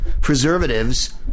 preservatives